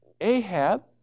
Ahab